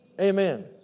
Amen